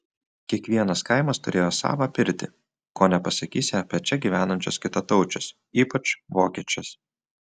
kiekvienas kaimas turėjo savą pirtį ko nepasakysi apie čia gyvenančius kitataučius ypač vokiečius